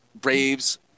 Braves